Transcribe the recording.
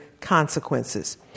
consequences